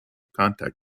contact